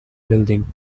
building